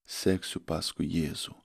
seksiu paskui jėzų